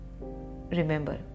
Remember